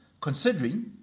considering